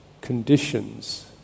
conditions